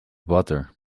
butter